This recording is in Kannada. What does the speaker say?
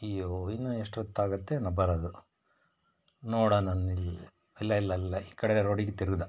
ಅಯ್ಯೋ ಇನ್ನೂ ಎಷ್ಟೊತ್ತಾಗತ್ತೇನೋ ಬರೋದು ನೋಡಣ ನಿಲ್ಲಿ ಇಲ್ಲ ಇಲ್ಲ ಇಲ್ಲ ಈ ಕಡೆ ರೋಡಿಗೆ ತಿರುಗ್ದ